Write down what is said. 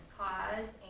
cause